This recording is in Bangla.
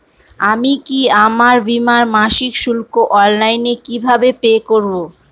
আমি কি আমার বীমার মাসিক শুল্ক অনলাইনে কিভাবে পে করব?